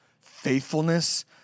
faithfulness